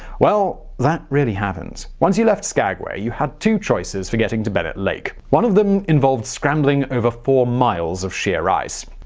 well, that really happened. once you left skagway, you had two choices for getting to bennett lake. one of them involved scrambling over four miles of sheer ice.